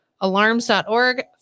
alarms.org